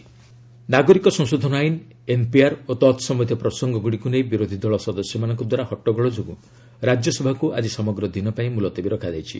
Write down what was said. Rajya Sabha adjourn ନାଗରିକ ସଂଶୋଧନ ଆଇନ୍ ଏନ୍ପିଆର୍ ଓ ତତ୍ସମ୍ୟନ୍ଧୀୟ ପ୍ରସଙ୍ଗଗ୍ରଡ଼ିକ୍ ନେଇ ବିରୋଧୀ ଦଳ ସଦସ୍ୟମାନଙ୍କ ଦ୍ୱାରା ହଟ୍ଟଗୋଳ ଯୋଗୁଁ ରାଜ୍ୟସଭାକୁ ଆଜି ସମଗ୍ର ଦିନ ପାଇଁ ମ୍ବଲତବୀ ରଖାଯାଇଛି